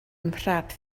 nhrap